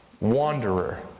wanderer